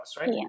right